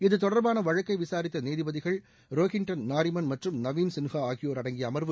இது தொடர்பான வழக்கை விசாரித்த நீதிபதிகள் ரோஹின்டன் நாரிமன் மற்றும் நவீன் சின்ஹா ஆகியோர் அடங்கிய அமர்வு